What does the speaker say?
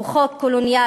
הוא חוק קולוניאלי,